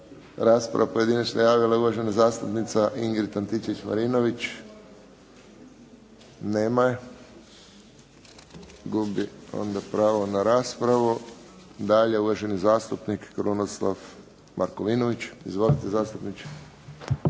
raspravu pojedinačnu javila uvažena zastupnica Ingrid Antičević-Marinović. Nema je. Gubi pravo na raspravu. Uvaženi zastupnik Krunoslav Markovinović. Izvolite zastupniče.